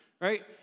right